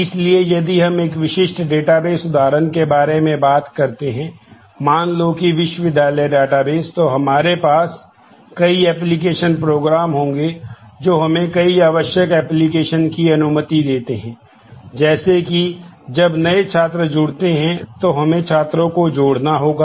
इसलिए यदि हम एक विशिष्ट डेटाबेस की अनुमति देते हैं जैसे कि जब नए छात्र जुड़ते हैं तो हमें छात्रों को जोड़ना होगा